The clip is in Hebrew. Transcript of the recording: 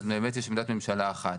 אז באמת יש עמדת ממשלה אחת.